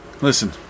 Listen